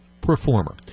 performer